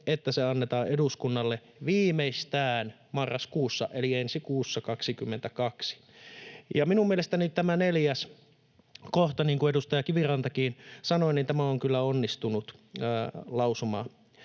että se annetaan eduskunnalle viimeistään marraskuussa — eli ensi kuussa — 2022.” Ja minun mielestäni tämä neljäs kohta, niin kuin edustaja Kivirantakin sanoi, on kyllä onnistunut lausumaehdotus: